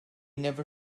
never